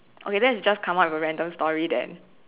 okay let's just come up with a random story then